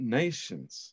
nations